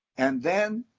and then,